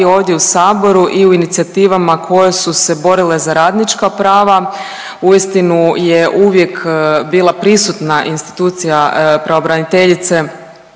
ovdje u saboru i u inicijativama koje su se borile za radnička prava. Uistinu je uvijek bila prisutna institucija pravobraniteljice